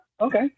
Okay